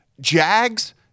Jags